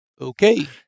okay